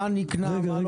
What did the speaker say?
מה נקנה, מה לא נקנה?